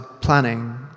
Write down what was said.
planning